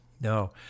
no